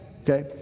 Okay